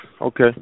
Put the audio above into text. Okay